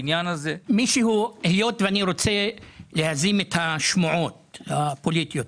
אני רוצה להזים את השמועות הפוליטיות,